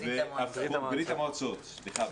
-- ברית המועצות סליחה.